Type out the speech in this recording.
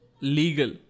legal